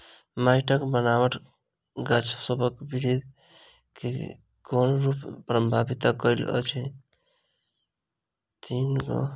माइटक बनाबट गाछसबक बिरधि केँ कोन रूप सँ परभाबित करइत अछि?